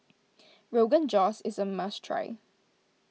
Rogan Josh is a must try